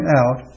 out